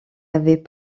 avait